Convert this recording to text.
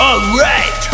Alright